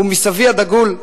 ומסבי הדגול,